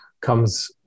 comes